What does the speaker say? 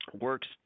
works